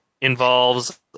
involves